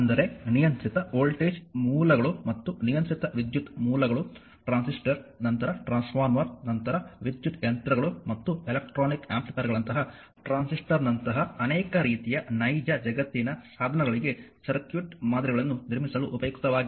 ಅಂದರೆ ನಿಯಂತ್ರಿತ ವೋಲ್ಟೇಜ್ ಮೂಲಗಳು ಮತ್ತು ನಿಯಂತ್ರಿತ ವಿದ್ಯುತ್ ಮೂಲಗಳು ಟ್ರಾನ್ಸಿಸ್ಟರ್ ನಂತರ ಟ್ರಾನ್ಸ್ಫಾರ್ಮರ್ ನಂತರ ವಿದ್ಯುತ್ ಯಂತ್ರಗಳು ಮತ್ತು ಎಲೆಕ್ಟ್ರಾನಿಕ್ ಆಂಪ್ಲಿಫೈಯರ್ಗಳಂತಹ ಟ್ರಾನ್ಸಿಸ್ಟರ್ನಂತಹ ಅನೇಕ ರೀತಿಯ ನೈಜ ಜಗತ್ತಿನ ಸಾಧನಗಳಿಗೆ ಸರ್ಕ್ಯೂಟ್ ಮಾದರಿಗಳನ್ನು ನಿರ್ಮಿಸಲು ಉಪಯುಕ್ತವಾಗಿವೆ